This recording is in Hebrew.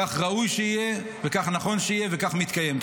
כך ראוי שיהיה וכך נכון שיהיה וכך מתקיים.